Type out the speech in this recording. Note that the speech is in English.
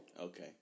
Okay